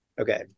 Okay